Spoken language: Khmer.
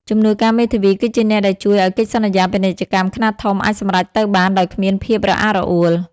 ជំនួយការមេធាវីគឺជាអ្នកដែលជួយឱ្យកិច្ចសន្យាពាណិជ្ជកម្មខ្នាតធំអាចសម្រេចទៅបានដោយគ្មានភាពរអាក់រអួល។